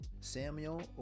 Samuel